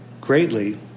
greatly